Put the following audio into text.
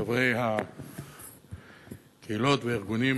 חברי הקהילות והארגונים